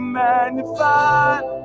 magnified